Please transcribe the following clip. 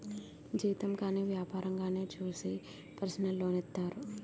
జీతం గాని వ్యాపారంగానే చూసి పర్సనల్ లోన్ ఇత్తారు